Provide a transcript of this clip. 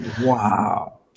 Wow